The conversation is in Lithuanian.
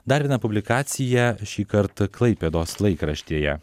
dar viena publikacija šįkart klaipėdos laikraštyje